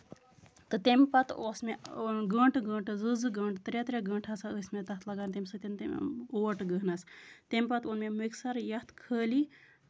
تہٕ تَمہِ پَتہٕ اوس مےٚ گٲنٹہٕ گٲنٹہٕ زٕ زٕ گٲنٹہٕ ترے ترے گٲنٹہٕ ہسا ٲسۍ مےٚ تَتھ لَگان تَمہِ سۭتۍ اوٹ گٔہنَس تَمہِ پَتہٕ اوٚن مےٚ مِکسر یَتھ خٲلی